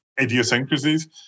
idiosyncrasies